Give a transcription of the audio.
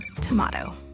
Tomato